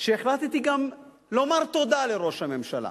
שהחלטתי גם לומר תודה לראש הממשלה